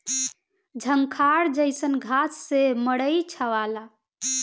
झंखार जईसन घास से मड़ई छावला